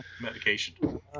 medication